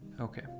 Okay